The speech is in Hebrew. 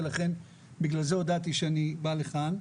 ולכן בגלל זה הודעתי שאני בא לכאן.